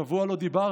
שבוע לא דיברנו,